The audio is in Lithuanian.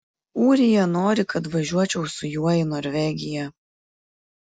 ūrija nori kad važiuočiau su juo į norvegiją